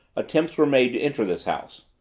attempts were made to enter this house.